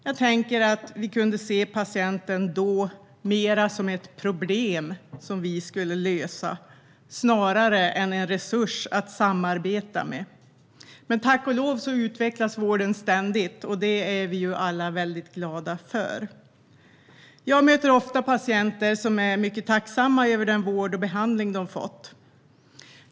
Jag tänker att vi då kunde se patienten mer som ett problem som vi skulle lösa snarare än en resurs att samarbeta med. Men tack och lov utvecklas vården ständigt, och det är vi alla mycket glada över. Jag möter ofta patienter som är mycket tacksamma över den vård och behandling som de har fått.